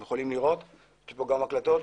יש גם הקלטות,